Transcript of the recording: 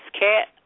cat